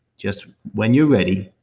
just when you're ready,